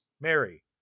Mary